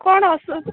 କ'ଣ ଅସ